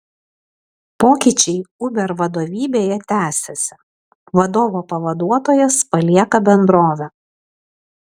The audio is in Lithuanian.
pokyčiai uber vadovybėje tęsiasi vadovo pavaduotojas palieka bendrovę